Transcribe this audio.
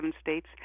states